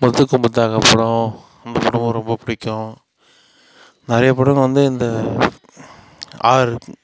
முத்துக்கு முத்தாக படம் அந்த படம் ரொம்ப பிடிக்கும் நிறையா படங்கள் வந்து இந்த ஆறு